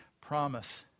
promise